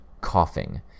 coughing